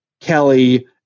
Kelly